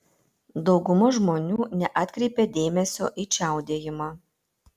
dauguma žmonių neatkreipia dėmesio į čiaudėjimą